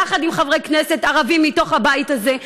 יחד עם חברי כנסת ערבים מתוך הבית הזה.